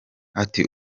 ati